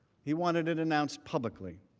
he wanted it announced publicly.